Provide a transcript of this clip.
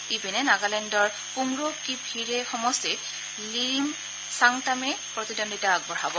ইপিনে নাগালেণ্ডেৰ পুংৰো কিপহিৰে সমষ্টিত লিৰিম চাংতামে প্ৰতিদ্বন্দ্বিতা আগবঢ়াব